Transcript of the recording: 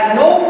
no